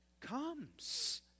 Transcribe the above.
comes